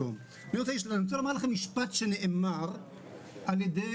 אומר לכם בסוף על-ידי